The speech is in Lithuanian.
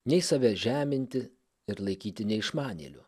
nei save žeminti ir laikyti neišmanėliu